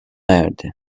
erdi